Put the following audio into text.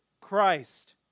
Christ